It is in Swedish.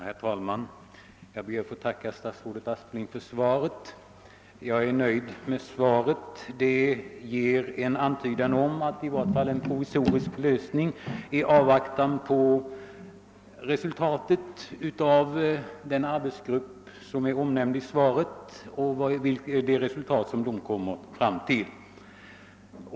Herr talman! Jag ber att få tacka statsrådet Aspling för svaret, som jag är nöjd med. Svaret ger i vart fall en antydan om en provisorisk lösning i avvaktan på de resultat som den ifrågavarande arbetsgruppen kan komma fram till.